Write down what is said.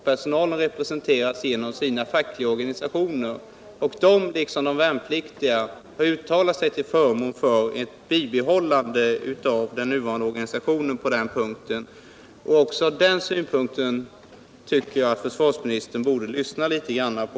Personalen representeras genom sina fackliga organisationer, och de har liksom de värnpliktiga uttalat sig till förmån för ett bibehållande av den nuvarande organisationen på den punkten. Också den synpunkten tycker jag att försvarsministern borde lyssna litet grand på.